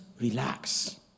relax